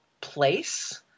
place